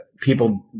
people